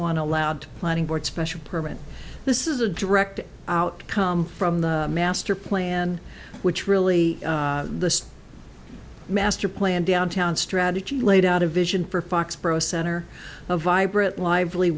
one a loud planning board special permit this is a direct outcome from the master plan which really the masterplan downtown strategy laid out a vision for foxboro center a vibrant lively